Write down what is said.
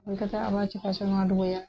ᱦᱩᱭ ᱠᱟᱛᱮᱫ ᱟᱵᱟᱨ ᱪᱤᱠᱟ ᱪᱚ ᱱᱚᱣᱟ ᱰᱩᱵᱩᱡ ᱮᱱ